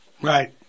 Right